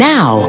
Now